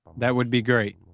that would be great.